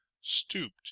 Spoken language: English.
stooped